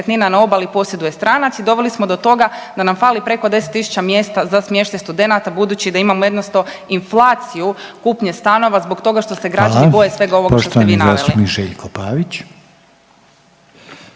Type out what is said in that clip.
na obali posjeduje stranac i doveli smo do toga da nam fali preko 10.000 mjesta za smještaj studenata budući da imamo jednostavno inflaciju kupnje stanova zbog toga što se građani boje svega ovog što ste vi naveli. **Reiner, Željko (HDZ)** Hvala.